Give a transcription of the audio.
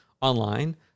online